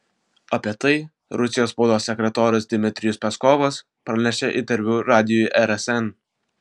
apie tai rusijos spaudos sekretorius dmitrijus peskovas pranešė interviu radijui rsn